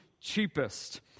cheapest